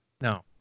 No